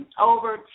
over